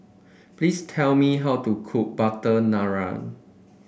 please tell me how to cook butter naan